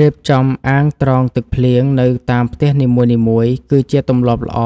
រៀបចំអាងត្រងទឹកភ្លៀងនៅតាមផ្ទះនីមួយៗគឺជាទម្លាប់ល្អ